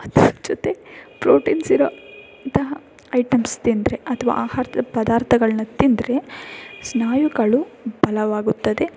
ಅದ್ರ ಜೊತೆ ಪ್ರೋಟೀನ್ಸ್ ಇರೋ ಅಂತಹ ಐಟಮ್ಸ್ ತಿಂದರೆ ಅದು ಆಹಾರದ ಪದಾರ್ಥಗಳನ್ನ ತಿಂದರೆ ಸ್ನಾಯುಗಳು ಬಲವಾಗುತ್ತದೆ